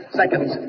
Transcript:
seconds